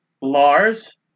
Lars